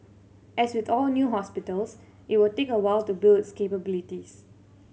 as with all new hospitals it will take a while to build its capabilities